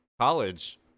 college